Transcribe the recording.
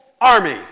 army